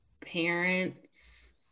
parents